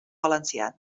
valencians